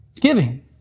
Giving